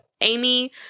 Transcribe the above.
Amy